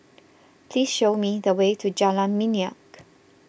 please show me the way to Jalan Minyak